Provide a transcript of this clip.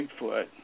Bigfoot